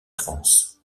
france